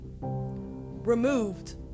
removed